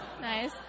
nice